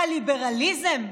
הליברליזם?